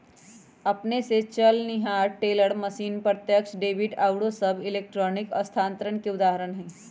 अपने स चलनिहार टेलर मशीन, प्रत्यक्ष डेबिट आउरो सभ इलेक्ट्रॉनिक स्थानान्तरण के उदाहरण हइ